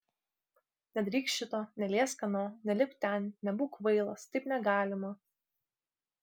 nedaryk šito neliesk ano nelipk ten nebūk kvailas taip negalima